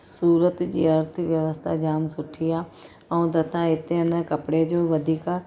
सूरत जी अर्थव्यवस्था जाम सुठी आहे ऐं दाता इते आहिनि कपिड़े जो वधीक